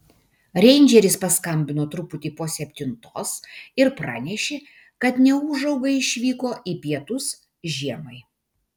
reindžeris paskambino truputį po septintos ir pranešė kad neūžauga išvyko į pietus žiemai